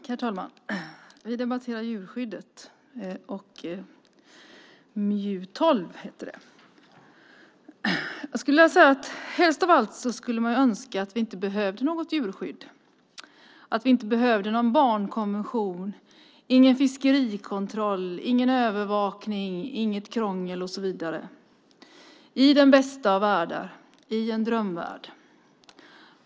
Herr talman! Vi debatterar djurskyddet och MJU12. Helst av allt skulle man önska att vi inte behövde något djurskydd, någon barnkonvention, någon fiskerikontroll, någon övervakning, något krångel och så vidare. Så skulle det vara i den bästa av världar, i en drömvärld.